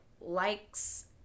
likes